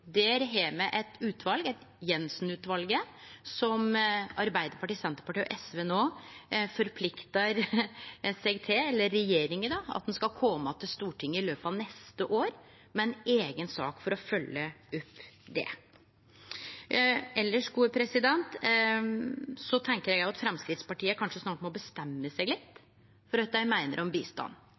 Der har me eit utval, Jenssen-utvalet, der regjeringa – og Arbeidarpartiet, Senterpartiet og SV – no forpliktar seg til at ein skal kome til Stortinget i løpet av neste år med ei eiga sak for å følgje opp det. Elles tenkjer eg at Framstegspartiet kanskje snart må bestemme seg litt for kva dei meiner om bistand.